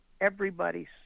everybody's